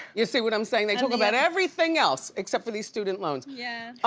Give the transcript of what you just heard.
you see what i'm sayin'? they talk about everything else except for these student loans. yeah.